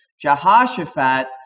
Jehoshaphat